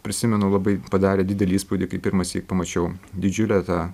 prisimenu labai padarė didelį įspūdį kai pirmąsyk pamačiau didžiulę tą